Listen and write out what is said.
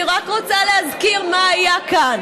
אני רק רוצה להזכיר מה היה כאן.